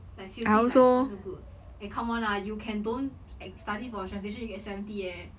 like seriously like no good eh come on lah you can don't study for a translation you get seventy eh